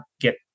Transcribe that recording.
get